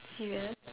serious